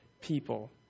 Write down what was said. people